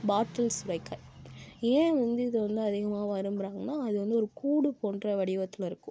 பாட்டில் சுரைக்காய் ஏன் வந்து இதை வந்து அதிகமாக விரும்புறாங்கன்னா அது வந்து ஒரு கூடு போன்ற வடிவத்தில் இருக்கும்